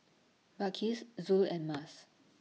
Balqis Zul and Mas